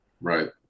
Right